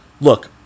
look